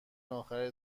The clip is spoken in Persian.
اخر